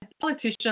politicians